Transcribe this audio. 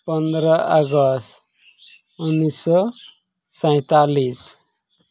ᱯᱚᱱᱨᱚ ᱟᱜᱚᱥᱴ ᱩᱱᱤᱥᱥᱚ ᱥᱟᱸᱭᱛᱟᱞᱞᱤᱥ